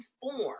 form